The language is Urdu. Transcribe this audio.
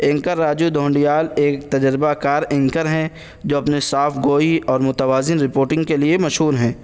اینکر راجو دھونڈیال ایک تجربہ کار اینکر ہیں جو اپنے صافگوئی اور متوازن رپورٹنگ کے لیے مشہور ہیں